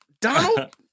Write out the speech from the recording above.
Donald